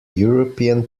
european